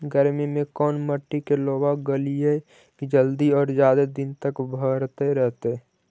गर्मी में कोन मट्टी में लोबा लगियै कि जल्दी और जादे दिन तक भरतै रहतै?